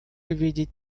увидеть